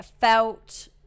felt